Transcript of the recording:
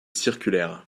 circulaire